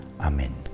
Amen